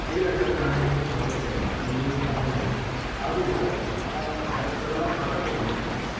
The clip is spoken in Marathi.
ते लक्षात राहणं हे खूप महत्त्वाचं आहे कारण मी एक माध्यम आहे हा जो विचार आहे हा ह्या विचाराला फाटा फुटणं हीच